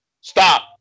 Stop